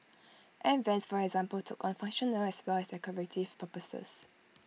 air Vents for example took on functional as well as decorative purposes